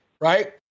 right